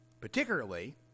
particularly